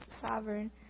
sovereign